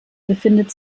befindet